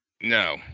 No